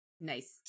Nice